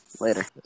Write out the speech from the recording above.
Later